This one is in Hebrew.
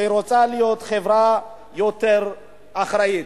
שרוצה להיות חברה יותר אחראית.